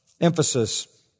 emphasis